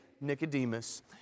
Nicodemus